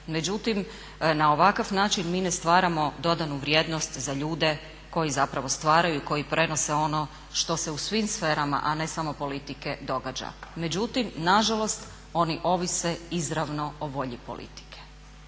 međutim na ovakav način mi ne stvaramo dodanu vrijednost za ljude koji zapravo stvaraju i koji prenose ono što se u svim sferama a ne samo politike događa. Međutim, nažalost oni ovise izravno o volji politike